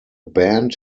band